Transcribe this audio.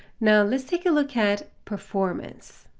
now let's take a look at performance.